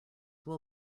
will